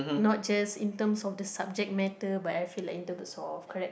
not just in terms of the subject matter but I feel like in terms of correct